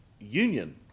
union